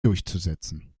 durchzusetzen